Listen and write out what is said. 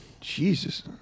Jesus